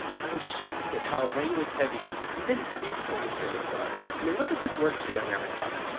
i was shocked at how language heavy even pre-school materials are. i mean look at this worksheet i ran across.